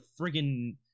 friggin